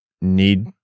need